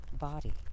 body